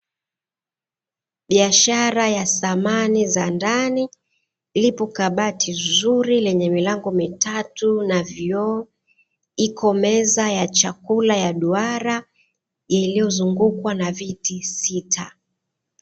Biashara ya samani za ndani lipo kabati zuri lenye milango mitatu na vioo, iko meza ya chakula ya duara iliyozungukwa na viti sita.